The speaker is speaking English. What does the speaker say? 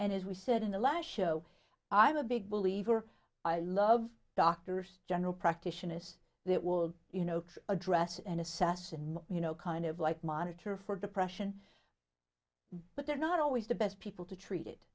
and as we said in the last show i am a big believer i love doctors general practitioners that will you know address and assess and you know kind of like monitor for depression but they're not always the best people to treat it